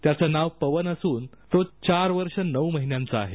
त्याचं नाव पवन असून तो चार वर्ष नऊ महिन्यांचा आहे